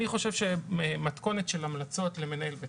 אני חושב שמתכונת של המלצות למנהל בית